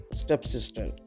stepsister